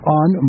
on